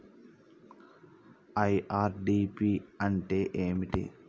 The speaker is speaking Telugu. ఐ.ఆర్.డి.పి అంటే ఏమిటి?